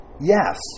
yes